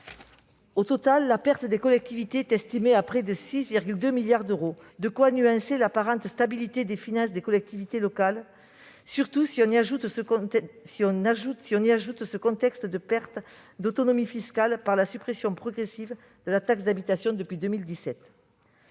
Au total, la perte des collectivités est estimée à près de 6,2 milliards d'euros : de quoi nuancer l'apparente stabilité des finances des collectivités locales, surtout si l'on y ajoute le contexte de perte d'autonomie fiscale par la suppression progressive de la taxe d'habitation depuis 2017.